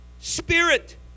spirit